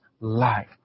life